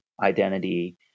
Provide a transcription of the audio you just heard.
identity